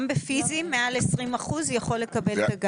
גם בפיזית מעל 20 אחוזים יכול לקבל.